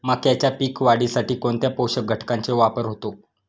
मक्याच्या पीक वाढीसाठी कोणत्या पोषक घटकांचे वापर होतो?